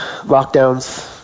lockdowns